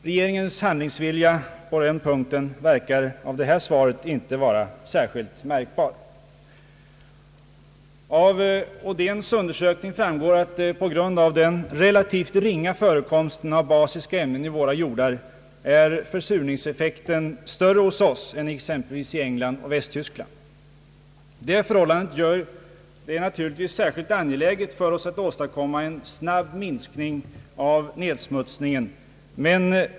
Regeringens handlingsvilja på den punkten förefaller av detta svar att döma inte vara särskilt märkbar. Laborator Odéns undersökning visar att den relativt ringa förekomsten av basiska ämnen i våra jordar leder till att försurningseffekten blir större hos oss än exempelvis i England och Västtyskland. Detta förhållande gör det naturligtvis särskilt angeläget för oss att åstadkomma en snabb minskning av nedsmutsningen.